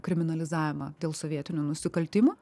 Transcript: kriminalizavimą dėl sovietinių nusikaltimų